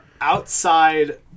outside